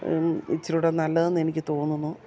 ഇച്ചിരികൂടി നല്ലതെന്ന് എനിക്ക് തോന്നുന്നു